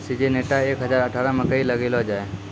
Syngenta एक हजार अठारह मकई लगैलो जाय?